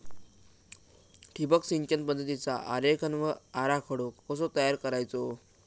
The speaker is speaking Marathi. ठिबक सिंचन पद्धतीचा आरेखन व आराखडो कसो तयार करायचो?